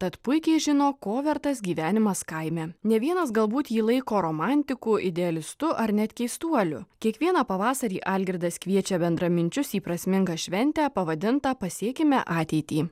tad puikiai žino ko vertas gyvenimas kaime ne vienas galbūt jį laiko romantiku idealistu ar net keistuoliu kiekvieną pavasarį algirdas kviečia bendraminčius į prasmingą šventę pavadintą pasiekime ateitį